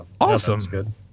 awesome